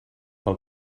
pel